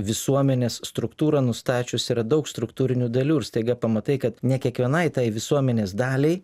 visuomenės struktūrą nustačius yra daug struktūrinių dalių ir staiga pamatai kad ne kiekvienai tai visuomenės daliai